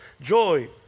joy